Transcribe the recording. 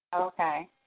Okay